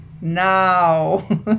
now